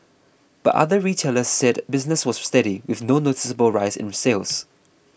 but other retailers said business was steady with no noticeable rise in sales